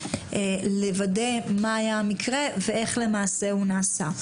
ולוודא מה היה המקרה ואיך למעשה הוא נעשה.